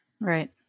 right